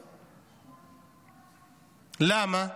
למה?